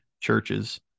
churches